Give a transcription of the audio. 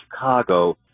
Chicago